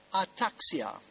ataxia